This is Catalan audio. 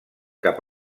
cap